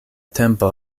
tempo